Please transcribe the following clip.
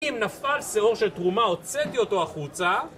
אם נפל שעור של תרומה, הוצאתי אותו החוצה.